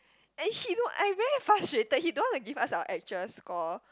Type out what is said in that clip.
and she don't I very frustrated he don't want to give us our actual score